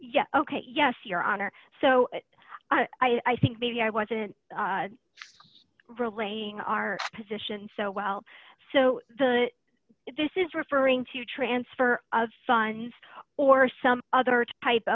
yes ok yes your honor so i think maybe i wasn't relaying our position so well so the this is referring to transfer of signs or some other type